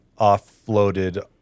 offloaded